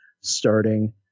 starting